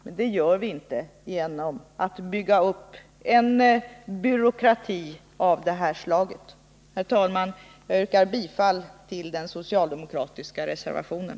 Men det gör vi inte genom att bygga upp en byråkrati av det här slaget. 139 Jag yrkar, herr talman, bifall till den socialdemokratiska reservationen.